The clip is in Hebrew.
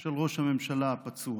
של ראש הממשלה הפצוע.